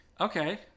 Okay